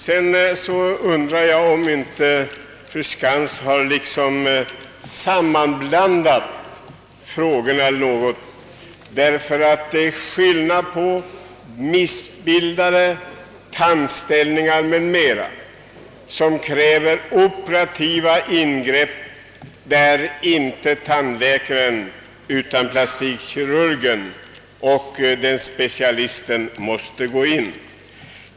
Jag undrar om inte fru Skantz sammanblandat frågorna något, ty missbildade tandställningar m.m. kräver operativa ingrepp, varvid inte endast tandläkaren utan plastikkirurgen måste träda till.